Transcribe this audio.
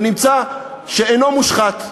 ונמצא שאינו מושחת.